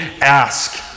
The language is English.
ask